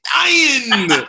dying